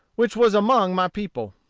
which was among my people.